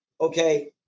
Okay